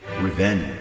revenge